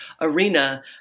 Arena